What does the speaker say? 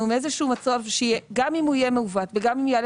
עם איזה שהוא מצב שגם אם הוא יהיה מעוות וגם אם יעלה